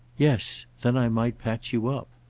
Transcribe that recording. yes then i might patch you up.